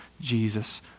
Jesus